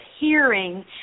hearing